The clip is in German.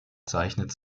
zeichnet